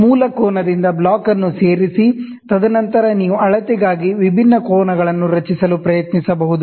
ಮೂಲ ಕೋನದಿಂದ ಬ್ಲಾಕ್ ಅನ್ನು ಸೇರಿಸಿ ತದನಂತರ ನೀವು ಅಳತೆಗಾಗಿ ಡಿಫರೆಂಟ್ ಆಂಗಲ್ ಗಳನ್ನು ರಚಿಸಲು ಪ್ರಯತ್ನಿಸಬಹುದು